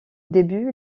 début